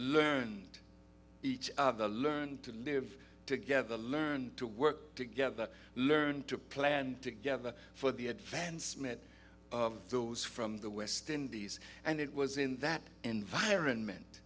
learned each other learn to live together learn to work together learn to plan together for the advancement of those from the west indies and it was in that environment